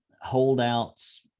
holdouts